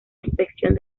inspección